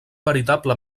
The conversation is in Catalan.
veritable